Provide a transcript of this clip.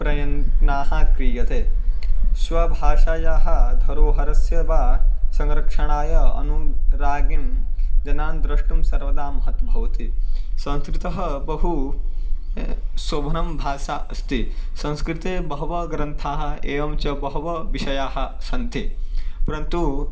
प्रयन्त्नाः क्रियते स्वभाषायाः धरोहरस्य वा संरक्षणाय अनुरागि जनान् द्रष्टुं सर्वदा महत् भवति संस्कृतं बहु शोभना भाषा अस्ति संस्कृते बहव ग्रन्थाः एवं च बहव विषयाः सन्ति परन्तु